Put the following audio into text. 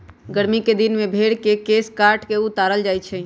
गरमि कें दिन में भेर के केश काट कऽ उतारल जाइ छइ